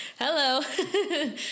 Hello